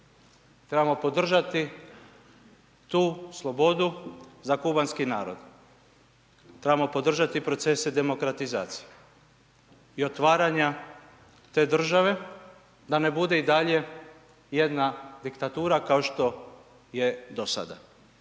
trebamo podržati tu slobodu za kubanski narod, trebamo podržati procese demokratizacije i otvaranja te države da ne bude i dalje jedna diktatura kao što je do sada.